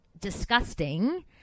disgusting